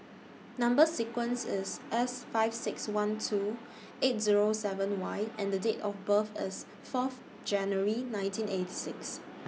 Number sequence IS S five six one two eight Zero seven Y and Date of birth IS Fourth January nineteen eighty six